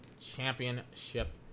Championship